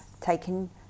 taken